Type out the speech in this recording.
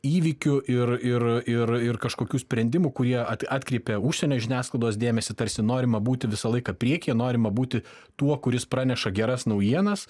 įvykių ir ir ir ir kažkokių sprendimų kurie atkreipė užsienio žiniasklaidos dėmesį tarsi norima būti visą laiką priekyje norima būti tuo kuris praneša geras naujienas